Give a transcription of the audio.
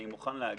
אני מוכן להגיד,